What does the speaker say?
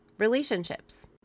relationships